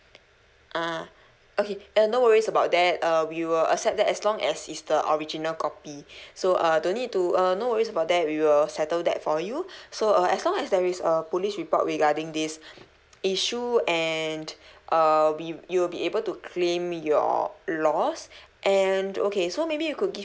ah okay uh no worries about that uh we will accept that as long as it's the original copy so uh don't need to uh no worries about that we will settle that for you so uh as long as there is a police report regarding this issue and uh we you will be able to claim your loss and okay so maybe you could give